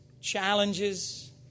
challenges